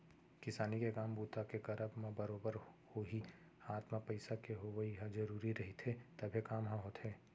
किसानी के काम बूता के करब म बरोबर होही हात म पइसा के होवइ ह जरुरी रहिथे तभे काम ह होथे